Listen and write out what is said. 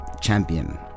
champion